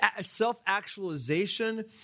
self-actualization